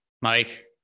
Mike